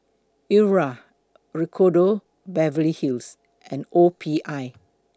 Iora Ricardo Beverly Hills and O P I